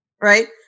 right